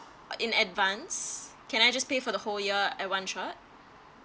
in advance can I just pay for the whole year at one shot